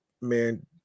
man